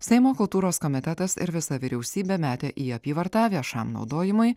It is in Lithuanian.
seimo kultūros komitetas ir visa vyriausybė metė į apyvartą viešam naudojimui